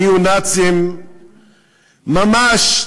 ניאו-נאצים ממש,